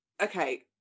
okay